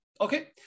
Okay